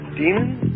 demons